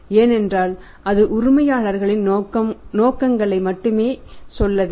ஏனென்றால் அது உரிமையாளர்களின் நோக்கங்களை மட்டுமே சொல்ல வேண்டும்